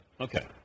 Okay